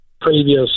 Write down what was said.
previous